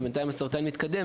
ובינתיים הסרטן מתקדם.